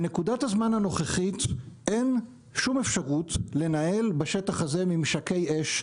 בנקודת הזמן הנוכחית אין שום אפשרות לנהל בשטח הזה ממשקי אש,